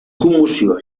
commoció